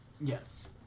Yes